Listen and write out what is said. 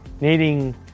needing